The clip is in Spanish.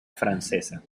francesa